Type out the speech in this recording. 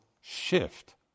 shift